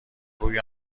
روی